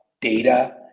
data